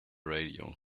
radio